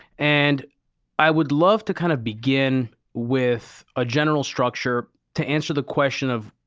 and i would love to kind of begin with a general structure to answer the question of,